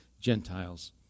Gentiles